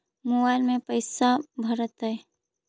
Mobile में पैसा भरैतैय?